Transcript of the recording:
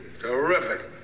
Terrific